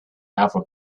ever